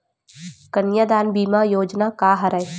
कन्यादान बीमा योजना का हरय?